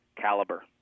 caliber